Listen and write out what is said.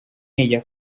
ella